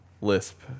lisp